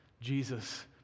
Jesus